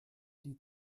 die